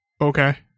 Okay